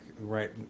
right